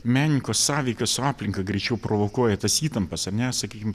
menininko sąveika su aplinka greičiau provokuoja tas įtampas ar ne sakykim